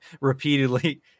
repeatedly